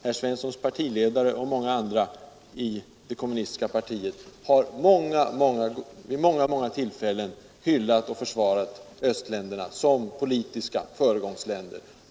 Herr Svenssons partiledare och många andra i det kommunistiska partiet har vid många, många tillfällen hyllat och försvarat östländerna som politiska föregångsländer.